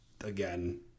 again